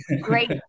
great